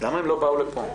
למה הם לא באו לפה?